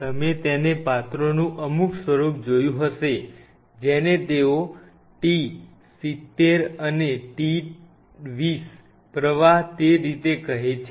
તમે તેને પાત્રોનું અમુક સ્વરૂપ જોયું હશે જેને તેઓ T 70 અને T 20 પ્રવાહ તે રીતે કહે છે